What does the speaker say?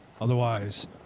Otherwise